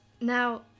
Now